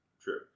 true